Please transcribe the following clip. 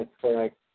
correct